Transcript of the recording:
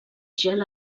gel